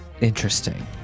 interesting